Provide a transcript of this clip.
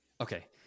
Okay